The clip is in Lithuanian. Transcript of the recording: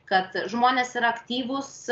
kad žmonės yra aktyvūs